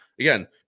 again